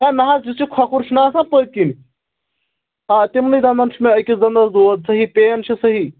ہے نا حظ یُس یہِ کھۄکھُر چھُنہ آسان پٔتھۍ کِنۍ آ تِمنٕے دَنٛدَن چھُ مےٚ أکِس دَنٛدَس دود صحیح پین چھِ صحیح